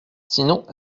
sinon